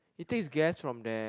it takes gas from there